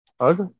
Okay